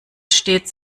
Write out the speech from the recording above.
stets